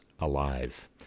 alive